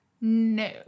No